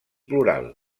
plural